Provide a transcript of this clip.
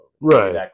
right